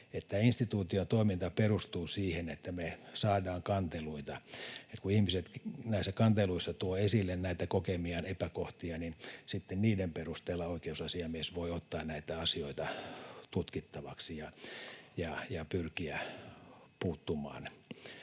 Tämän instituution toiminta perustuu siihen, että me saadaan kanteluita, ja kun ihmiset näissä kanteluissa tuovat esille näitä kokemiaan epäkohtia, niin sitten niiden perusteella oikeusasiamies voi ottaa näitä asioita tutkittavaksi ja pyrkiä puuttumaan